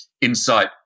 insight